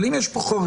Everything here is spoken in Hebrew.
אבל אם יש פה חריג,